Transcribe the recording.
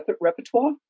repertoire